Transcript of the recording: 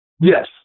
Yes